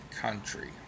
country